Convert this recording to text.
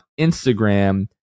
instagram